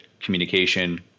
communication